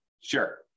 Sure